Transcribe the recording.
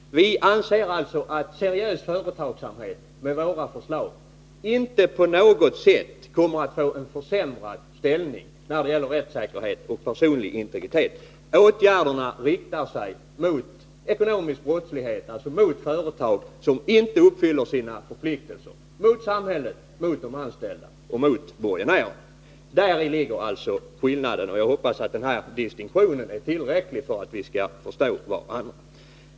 Vi anser alltså att ett genomförande av våra förslag inte på något sätt innebär en försämring för den seriösa företagsamheten när det gäller rättssäkerhet och personlig integritet. Åtgärderna riktar sig mot ekonomisk brottslighet, således mot företag som inte uppfyller sina förpliktelser mot samhället, mot anställda och mot borgenärer. Däri ligger alltså skillnaden. Jag hoppas att den här distinktionen är tillräcklig för att vi skall kunna förstå varandra.